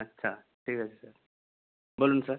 আচ্ছা ঠিক আছে বলুন স্যার